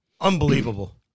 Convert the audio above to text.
Unbelievable